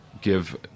give